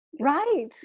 Right